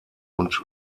und